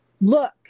look